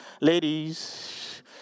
Ladies